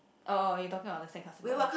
oh you talking about the sandcastle boy